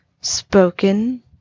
spoken